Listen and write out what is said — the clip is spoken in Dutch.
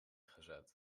gezet